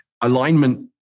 alignment